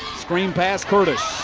screen pass, curtis.